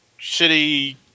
shitty